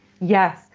yes